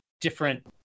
different